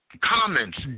comments